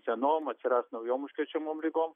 senom atsirast naujom užkrečiamom ligom